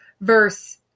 verse